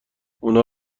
اونا